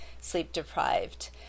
sleep-deprived